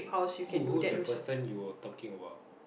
who who the person you were talking about